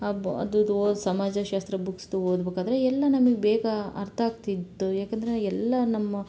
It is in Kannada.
ಬ ಅದು ಸಮಾಜಶಾಸ್ತ್ರದ ಬುಕ್ಸ್ ಓದ್ಬೇಕಾದ್ರೆ ಎಲ್ಲ ನಮಗೆ ಬೇಗ ಅರ್ಥ ಆಗ್ತಿದ್ದು ಯಾಕಂದರೆ ಎಲ್ಲ ನಮ್ಮ